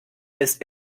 ist